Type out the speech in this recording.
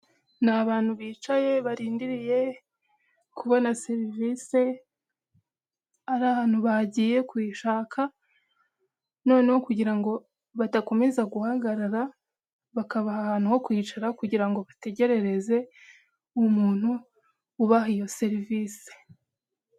Ni abantu bicaye barindiriye kubona serivise ari ahantu bagiye kuyishaka noneho kugira ngo badakomeza guhagarara, bakabaha ahantu ho kwicara kugira ngo bategerereze uwo umuntu ubaha iyo serivisi.